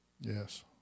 yes